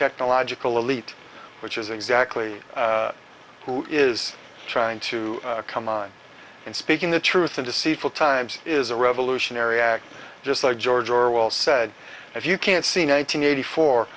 technological elite which is exactly who is trying to come on and speaking the truth in deceitful times is a revolutionary act just like george orwell said if you can't see nine hundred eighty four